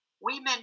women